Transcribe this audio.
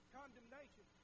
condemnation